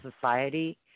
society